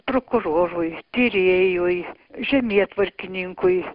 prokurorui tyrėjui žemėtvarkininkui